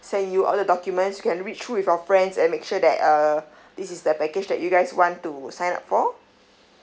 send you all the documents you can read through with your friends and make sure that uh this is the package that you guys want to sign up for